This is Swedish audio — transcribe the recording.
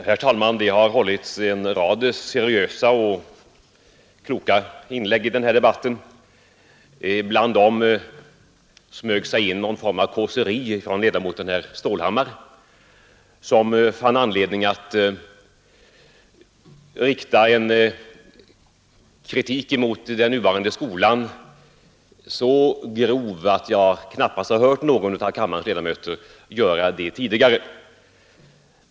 Herr talman! Det har gjorts en rad seriösa och kloka inlägg i den här debatten. Bland dem smög sig in någon form av kåseri av ledamoten herr Stålhammar, som fann anledning att rikta en kritik emot den nuvarande skolan, så grov att jag knappast har hört någon av kammarens ledamöter yttra sig så tidigare.